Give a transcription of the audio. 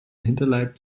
hinterleib